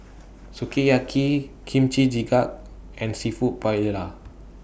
Sukiyaki Kimchi Jjigae and Seafood Paella